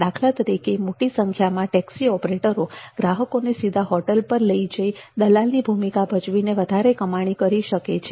દાખલા તરીકે મોટી સંખ્યામાં ટેક્સી ઓપરેટરો ગ્રાહકોને સીધા હોટલ પર લઈ જઈ દલાલની ભૂમિકા ભજવીને વધારે કમાણી કરી શકે છે